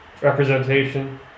representation